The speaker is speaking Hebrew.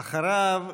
ואחריו,